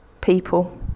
people